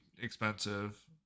expensive